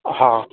ହଁ